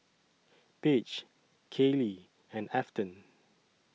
Paige Kayli and Afton